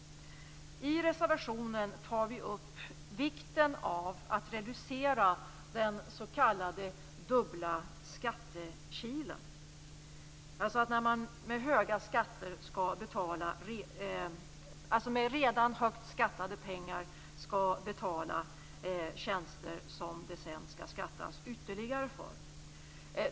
I reservationen tar vi upp vikten av att reducera den s.k. dubbla skattekilen, alltså att man med redan högt skattade pengar skall betala tjänster som det sedan skall skattas ytterligare för.